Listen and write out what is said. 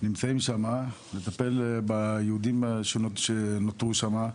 נמצאים שם לטפל ביהודים שנותרו שם,